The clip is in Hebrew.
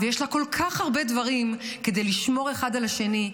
ויש לה כל כך הרבה דברים כדי לשמור אחד על השני,